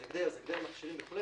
זה הגדר מכשירים וכו',